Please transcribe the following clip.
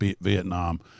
Vietnam